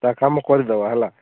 ତା କାମ କରିଦେବା ହେଲା